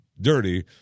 dirty